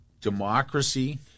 democracy